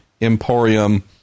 Emporium